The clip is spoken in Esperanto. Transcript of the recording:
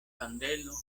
kandelo